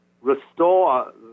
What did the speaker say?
restore